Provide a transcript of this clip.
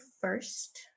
first